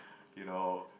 you know